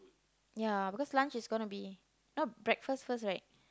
ya because lunch is going to be no breakfast first right